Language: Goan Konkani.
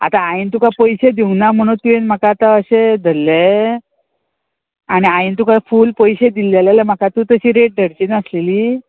आतां हांवें तुका पयशे दिवंक ना म्हणून तुवें म्हाका आतां अशें धरले आनी हांवें तुका फूल पयशे दिल्लेले जाल्यार म्हाका तूं तशी रेट धरची नासलेली